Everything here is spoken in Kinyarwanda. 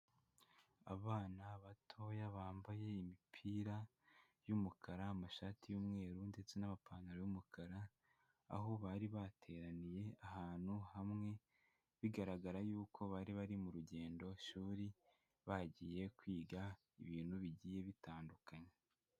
Abana batoya bambaye imipira y'umukara, amashati y'umweru ndetse n'amapantaro y'umukara; aho bari bateraniye ahantu hamwe, bigaragara yuko bari bari mu rugendo-shuri, bagiye kwiga ibintu bigiye bitandukanye.